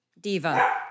diva